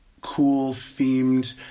cool-themed